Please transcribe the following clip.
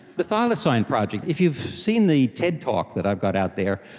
the thylacine project, if you've seen the ted talk that i've got out there,